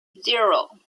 zero